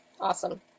Awesome